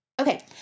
Okay